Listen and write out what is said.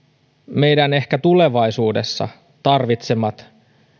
meidän ehkä tulevaisuudessa tarvitsemat